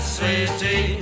city